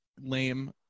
lame